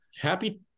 happy